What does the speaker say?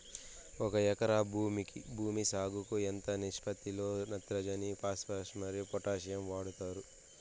ఒక ఎకరా భూమి సాగుకు ఎంత నిష్పత్తి లో నత్రజని ఫాస్పరస్ మరియు పొటాషియం వాడుతారు